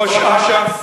ראש אש"ף,